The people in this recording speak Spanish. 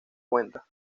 cuenta